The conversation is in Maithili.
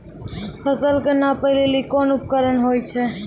फसल कऽ नापै लेली कोन उपकरण होय छै?